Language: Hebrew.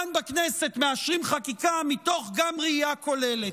כאן בכנסת מאשרים חקיקה גם מתוך ראייה כוללת.